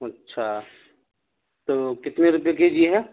اچھا تو کتنے روپئے کے جی ہے